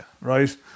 right